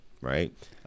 right